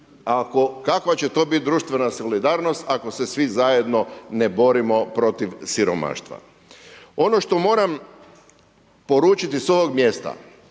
kakva će to biti društvena solidarnost ako se svi zajedno ne borimo protiv siromaštva? Ono što moram poručiti s ovog mjesta